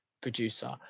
producer